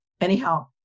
Anyhow